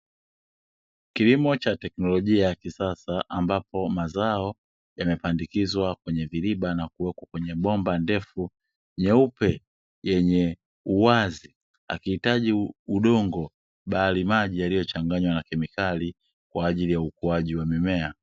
Kilimo cha teknolojia ya kisasa ambapo mazao yamepandikizwa kwenye viriba na kuwekwa kwenye bomba ndefu nyeupe, yenye uwazi. Hakihitaji udongo bali maji yaliyochanganywa na kemikali, kwa ajili ya ukuaji wa mimea.